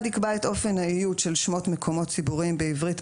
יקבע את אופן האיות של שמות מקומות ציבוריים בעברית,